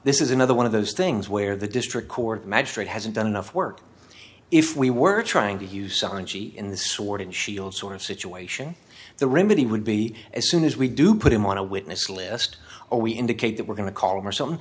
this is another one of those things where the district court magistrate hasn't done enough work if we were trying to use sanji in the sword and shield sort of situation the remedy would be as soon as we do put him on a witness list or we indicate that we're going to call him or some th